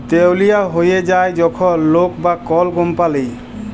দেউলিয়া হঁয়ে যায় যখল লক বা কল কম্পালি